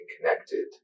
connected